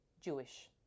Jewish